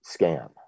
scam